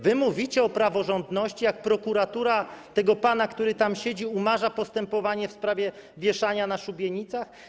Wy mówicie o praworządności, kiedy prokuratura tego pana, który tam siedzi, umarza postępowanie w sprawie wieszania na szubienicach?